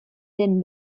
den